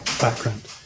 background